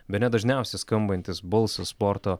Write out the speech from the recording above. bene dažniausiai skambantis balsas sporto